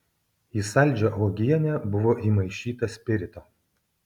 į saldžią uogienę buvo įmaišyta spirito